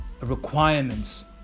requirements